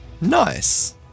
Nice